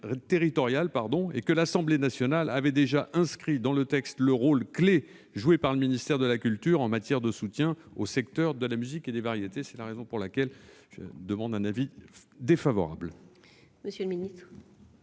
et que l'Assemblée nationale avait déjà inscrit dans le texte le rôle clé joué par le ministère de la culture en matière de soutien au secteur de la musique et des variétés. La commission est défavorable